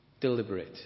deliberate